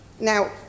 Now